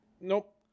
Nope